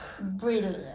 Brilliant